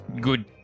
good